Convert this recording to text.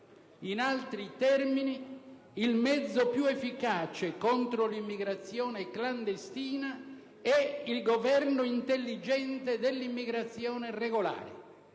In altri termini, il mezzo più efficace contro l'immigrazione clandestina è il governo intelligente dell'immigrazione regolare,